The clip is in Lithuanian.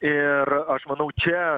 ir aš manau čia